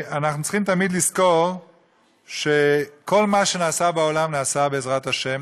אנחנו צריכים תמיד לזכור שכל מה שנעשה בעולם נעשה בעזרת השם,